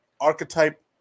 archetype